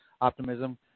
optimism